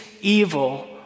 evil